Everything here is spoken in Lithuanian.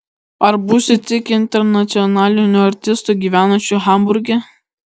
ar būsi tik internacionaliniu artistu gyvenančiu hamburge